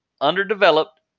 underdeveloped